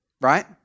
Right